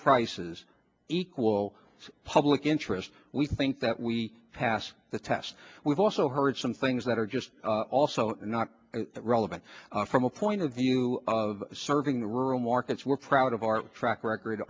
prices equal public interest we think that we pass the test we've also heard some things that are just also not relevant from a point of view of serving rural markets we're proud of our track